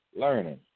learning